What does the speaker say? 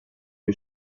que